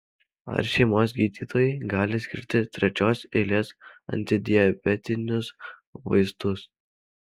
ar šeimos gydytojai gali skirti trečios eilės antidiabetinius vaistus